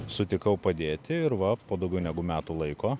sutikau padėti ir va po daugiau negu metų laiko